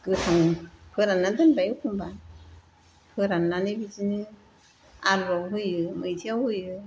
गोथां फोरानना दोनबाय एखमब्ला फोराननानै बिदिनो आलुआव होयो मैथायाव होयो